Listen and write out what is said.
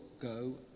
go